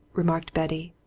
remarked betty.